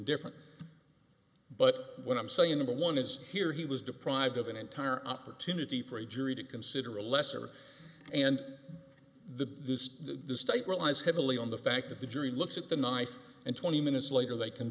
different but what i'm saying about one is here he was deprived of an entire opportunity for a jury to consider a lesser and the state relies heavily on the fact that the jury looks at the knife and twenty minutes later they c